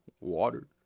water